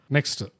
Next